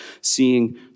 seeing